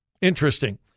Interesting